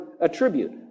attribute